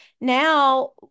now